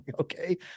Okay